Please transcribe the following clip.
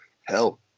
hell